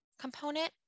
component